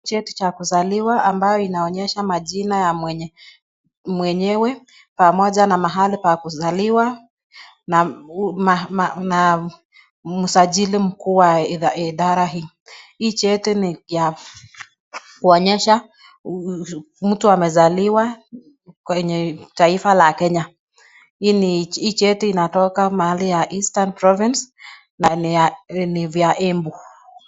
Cheti cha kuzaliwa ambayo inaonyesha majina ya mwenyewe pamoja na mahali pa kuzaliwa na msajili mkuu wa idhara hii, hii cheti ni ya kuonyesha mtu amezaliwa kwenye taifa la Kenya, hii cheti inatoka mahali ya Eastern Province na ni vya Embu.